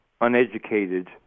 uneducated